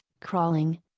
crawling